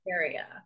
area